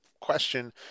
question